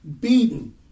beaten